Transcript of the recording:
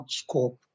scope